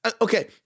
okay